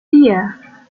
vier